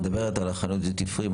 את מדברת על חנות דיוטי פרי?